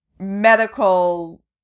medical